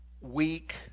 weak